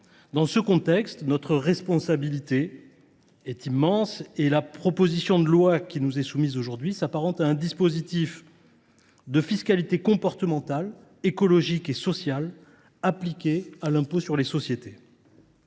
Dans ce contexte, notre responsabilité est immense, et la proposition de loi qui nous est soumise aujourd’hui s’apparente à un dispositif de fiscalité comportementale, écologique et sociale appliquée à l’IS. Il s’agit